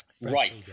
Right